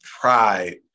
pride